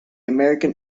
american